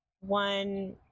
one